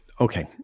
Okay